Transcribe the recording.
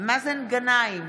מאזן גנאים,